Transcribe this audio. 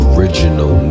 Original